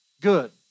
Good